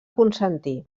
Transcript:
consentir